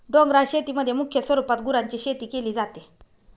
डोंगराळ शेतीमध्ये मुख्य स्वरूपात गुरांची शेती केली जाते